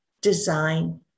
design